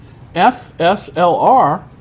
FSLR